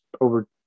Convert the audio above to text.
over